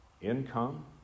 income